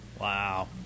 Wow